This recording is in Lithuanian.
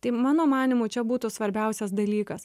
tai mano manymu čia būtų svarbiausias dalykas